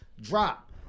drop